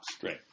Great